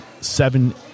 seven